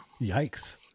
Yikes